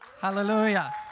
Hallelujah